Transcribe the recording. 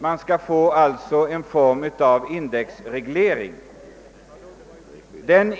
Man skall således införa en form av indexreglering.